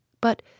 But